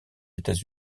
états